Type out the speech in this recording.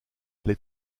les